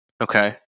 Okay